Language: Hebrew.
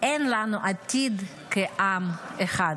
אין לנו עתיד כעם אחד.